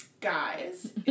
guys